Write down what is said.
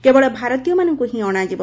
କେବଳ ଭାରତୀୟମାନଙ୍କୁ ହିଁ ଅଣାଯିବ